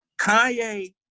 Kanye